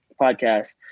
podcast